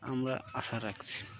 আমরা আশা রাখছি